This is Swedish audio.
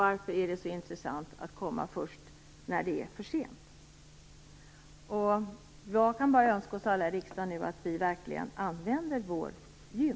Varför är det så intressant att komma först när det är för sent? Jag vill också uppmana oss alla i riksdagen att nu verkligen använda vårt gym.